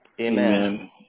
Amen